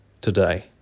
today